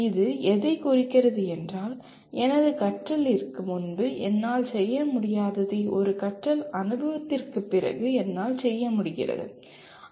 இது எதைக் குறிக்கிறது என்றால் "எனது கற்றலிற்கு முன்பு என்னால் செய்ய முடியாததை ஒரு கற்றல் அனுபவத்திற்குப் பிறகு என்னால் செய்ய முடிகிறது"